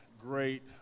great